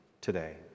today